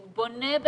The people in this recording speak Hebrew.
שהוא בונה,